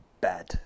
Bad